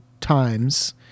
times